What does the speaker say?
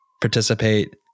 Participate